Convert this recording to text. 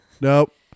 nope